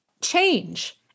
change